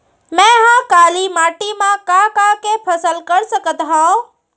मै ह काली माटी मा का का के फसल कर सकत हव?